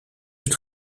het